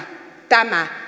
tämä